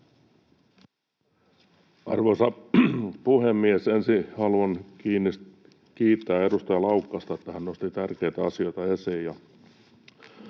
Arvoisa puhemies! Ensin haluan kiittää edustaja Laukkasta, että hän nosti tärkeitä asioita esiin.